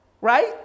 Right